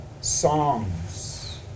Songs